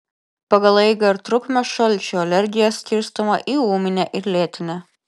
pagal eigą ir trukmę šalčio alergija skirstoma į ūminę ir lėtinę